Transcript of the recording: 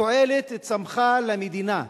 תועלת צמחה למדינה?